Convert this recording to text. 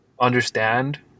understand